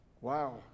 Wow